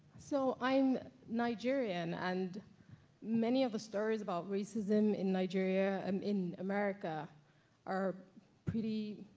so i'm nigerian, and many of the stories about racism in nigeria, um in america are pretty,